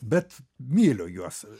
bet myliu juos